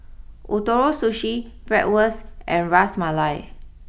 Ootoro Sushi Bratwurst and Ras Malai